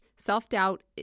Self-doubt